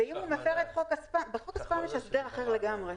בחוק הספאם יש הסדר אחר לגמרי.